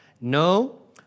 No